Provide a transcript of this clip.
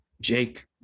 jake